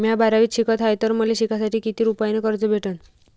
म्या बारावीत शिकत हाय तर मले शिकासाठी किती रुपयान कर्ज भेटन?